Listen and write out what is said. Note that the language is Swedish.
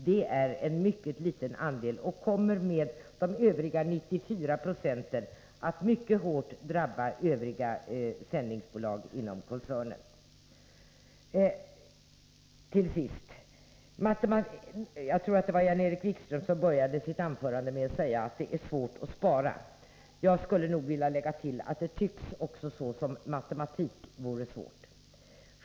Det är en mycket liten andel, och de övriga 94 procenten kommer då mycket hårt att drabba övriga sändningsbolag inom koncernen. Har jag uppfattat vice ordföranden rätt? Till sist: Jag tror att det var Jan-Erik Wikström som började sitt anförande med att säga att det är svårt att spara. Jag skulle vilja lägga till att det tycks som om matematik vore svårt.